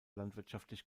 landwirtschaftlich